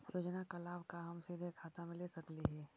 योजना का लाभ का हम सीधे खाता में ले सकली ही?